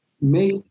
make